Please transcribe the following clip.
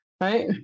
Right